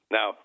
Now